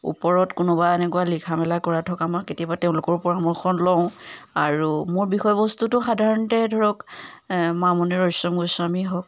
ওপৰত কোনোবা এনেকুৱা লিখা মেলা কৰা থকা মানুহ কেতিয়াবা তেওঁলোকৰ পৰামৰ্শ লওঁ আৰু মোৰ বিষয়বস্তুটো সাধাৰণতে ধৰক মামণি ৰয়ছম গোস্বামী হওক